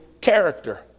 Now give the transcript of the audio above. character